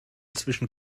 zwischen